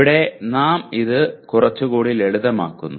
ഇവിടെ നാം ഇത് കുറച്ചു ലളിതമാക്കുന്നു